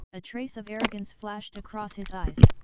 a trace of arrogance flashed across his eyes.